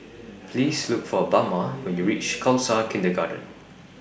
Please Look For Bama when YOU REACH Khalsa Kindergarten